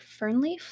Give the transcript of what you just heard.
Fernleaf